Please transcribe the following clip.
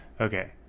Okay